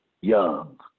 young